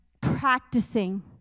practicing